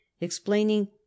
explaining